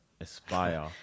aspire